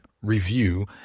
review